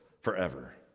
forever